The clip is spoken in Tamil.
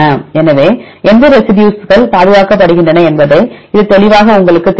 எனவே எந்த ரெசிடியூஸ்கள் பாதுகாக்கப்படுகின்றன என்பதை இது தெளிவாக உங்களுக்குத் தெரிவிக்கும்